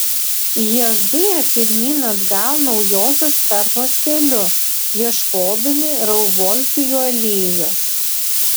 jie zuja pirmyn atgal naujosios fermos keliu ieškodami rauvolfijų alėjos